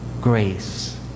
Grace